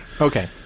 Okay